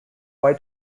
why